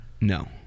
No